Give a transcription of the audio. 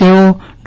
તેઓ ડો